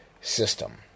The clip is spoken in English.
system